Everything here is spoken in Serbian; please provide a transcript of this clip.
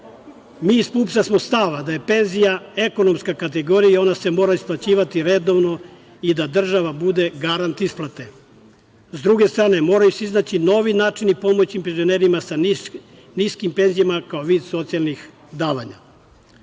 iz PUPS smo stava da je penzija ekonomska kategorija i ona se mora isplaćivati redovno i da država bude garant isplate. S druge strane, moraju se naći novi načini pomoći penzionerima sa niskim penzijama kao vid socijalnih davanja. Postoje